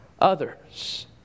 others